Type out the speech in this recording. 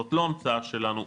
זאת לא המצאה שלנו,